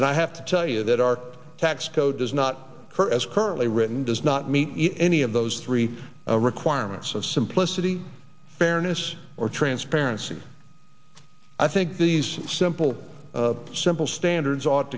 and i have to tell you that our tax code does not occur as currently written does not meet any of those three requirements of simplicity fairness or transparency i think these simple simple standards ought